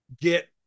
get